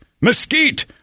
mesquite